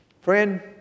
Friend